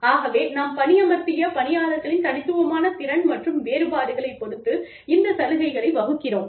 ஆகவே நாம் பணியமர்த்திய பணியாளர்களின் தனித்துவமான திறன் மற்றும் வேறுபாடுகளை பொறுத்து இந்த சலுகைகளை வகுக்கிறோம்